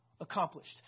accomplished